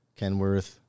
Kenworth